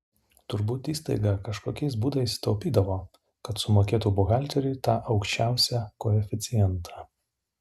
turbūt įstaiga kažkokiais būdais taupydavo kad sumokėtų buhalteriui tą aukščiausią koeficientą